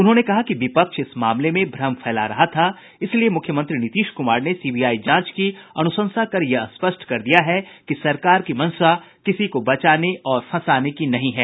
उन्होंने कहा कि विपक्ष इस मामले में भ्रम फैला रहा था इसलिए मुख्यमंत्री नीतीश कुमार ने सीबीआई जांच की अनुशंसा कर यह स्पष्ट कर दिया है कि सरकार की मंशा किसी को बचाने और फंसाने की नहीं है